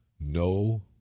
No